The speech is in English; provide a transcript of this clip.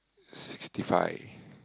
sixty five